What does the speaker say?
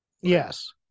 Yes